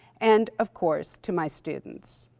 and of course, to my students.